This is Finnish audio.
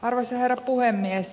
arvoisa herra puhemies